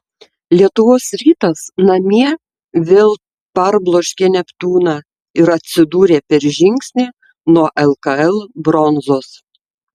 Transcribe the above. lietuvos rytas namie vėl parbloškė neptūną ir atsidūrė per žingsnį nuo lkl bronzos